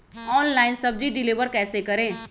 Online सब्जी deliver कैसे करें?